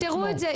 אז תפתרו את זה.